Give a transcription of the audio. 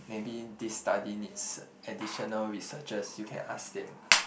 maybe this study needs additional researchers you can ask them